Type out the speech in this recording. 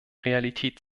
realität